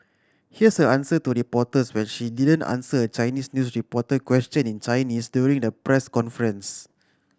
here's her answer to reporters when she didn't answer a Chinese news reporter question in Chinese during the press conference